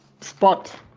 spot